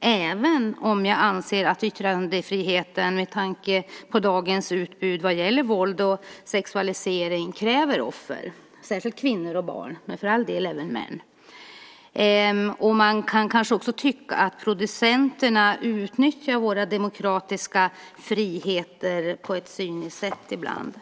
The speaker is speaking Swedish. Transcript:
även om jag anser att yttrandefriheten, men tanke på dagens utbud vad gäller våld och sexualisering, kräver offer, särskilt kvinnor och barn men för all del även män. Man kan kanske också tycka att producenterna utnyttjar våra demokratiska friheter på ett cyniskt sätt ibland.